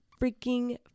freaking